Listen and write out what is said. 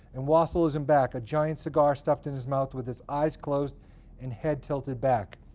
and wassel is in back, a giant cigar stuffed in his mouth, with his eyes closed and head tilted back.